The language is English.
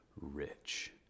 rich